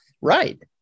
Right